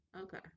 Okay